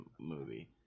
movie